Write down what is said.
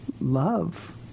love